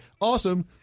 awesome